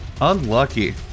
Unlucky